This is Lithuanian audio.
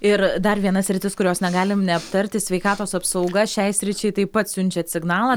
ir dar viena sritis kurios negalim neaptarti sveikatos apsauga šiai sričiai taip pat siunčiat signalą